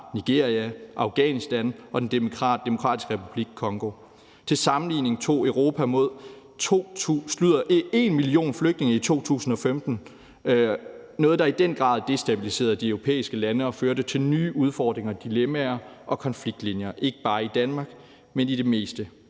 Nigeria, Afghanistan og Den Demokratiske Republik Congo. Til sammenligning tog Europa imod en million flygtninge i 2015, noget, der i den grad destabiliserede de europæiske lande og førte til nye udfordringer, dilemmaer og konfliktlinjer, ikke bare i Danmark, men i det meste